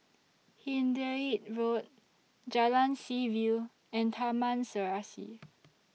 Hindhede Road Jalan Seaview and Taman Serasi